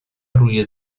روی